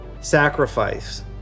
sacrifice